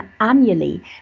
annually